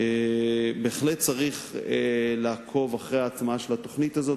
בהחלט צריך לעקוב אחרי ההטמעה של התוכנית הזאת,